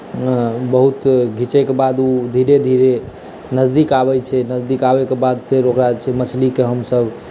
बहुत घिचैके बाद ओ धीरे धीरे नजदीक आबै छै नजदीक आबैके बाद फेर ओकरा छै मछलीके हमसब